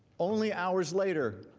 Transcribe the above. only hours later